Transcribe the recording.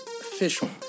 official